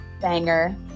Banger